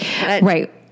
right